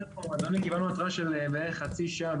קיבלנו התראה של בערך חצי שעה,